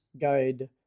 Guide